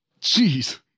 jeez